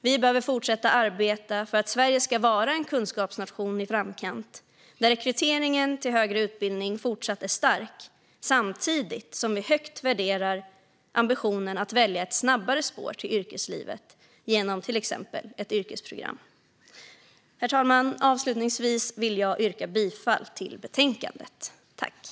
Vi behöver fortsätta att arbeta för att Sverige ska vara en kunskapsnation i framkant, där rekryteringen till högre utbildning fortsatt är stark samtidigt som vi högt värderar ambitionen att välja ett snabbare spår till yrkeslivet genom till exempel ett yrkesprogram. Herr talman! Avslutningsvis vill jag yrka bifall till utskottets förslag.